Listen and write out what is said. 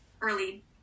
early